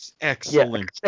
Excellent